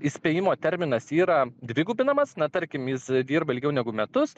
įspėjimo terminas yra dvigubinamas na tarkim jis dirba ilgiau negu metus